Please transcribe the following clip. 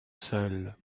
seule